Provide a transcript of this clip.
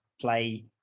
play